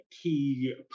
key